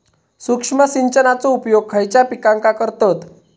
सूक्ष्म सिंचनाचो उपयोग खयच्या पिकांका करतत?